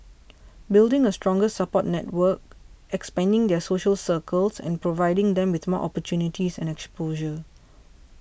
building a stronger support network expanding their social circles and providing them with more opportunities and exposure